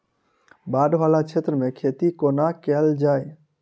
बाढ़ वला क्षेत्र मे खेती कोना कैल जाय?